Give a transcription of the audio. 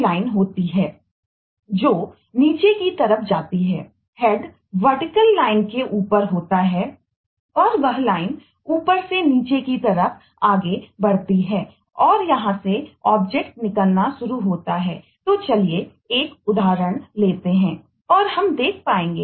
लाइफलाइननिकलना शुरू होता है चलिए एक उदाहरण लेते हैं और हम देख पाएंगे